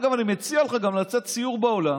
דרך אגב, אני מציע לך גם לצאת לסיור בעולם.